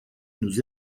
nous